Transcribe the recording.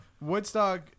Woodstock